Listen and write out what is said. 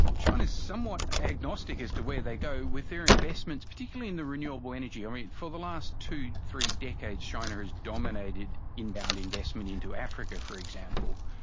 china is somewhat agnostic as to where they go with their investments, particularly in the renewable energy. um ah for the last two or three decades china has dominated inbound investment into africa, for example,